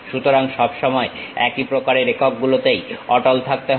সুতরাং সব সময় একই প্রকারের একক গুলোতেই অটল থাকতে হবে